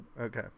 Okay